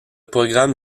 programme